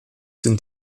sind